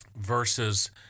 versus